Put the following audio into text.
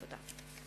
תודה.